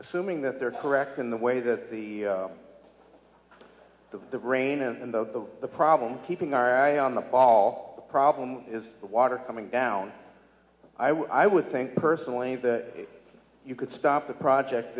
assuming that they're correct in the way that the the rain and the the problem keeping our eye on the ball the problem is the water coming down i would think personally that you could stop the project